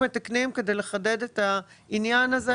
איך הגעתם ל-80?